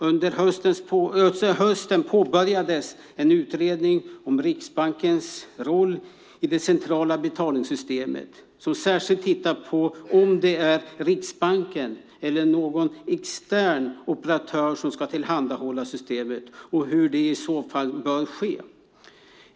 Under hösten påbörjades en utredning om Riksbankens roll i det centrala betalningssystemet som särskilt tittar på om det är Riksbanken eller någon extern operatör som ska tillhandahålla systemet och hur det i så fall bör ske.